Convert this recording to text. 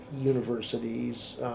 universities